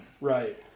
Right